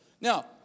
Now